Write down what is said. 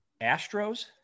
Astros